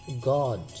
God